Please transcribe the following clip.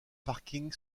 parking